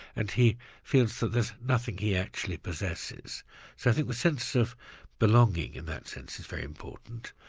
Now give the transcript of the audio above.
and he feels that there's nothing he actually possesses. so i think the sense of belonging in that sense, is very important.